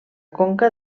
conca